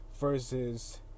versus